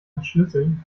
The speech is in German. verschlüsseln